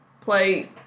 play